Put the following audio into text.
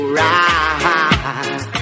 right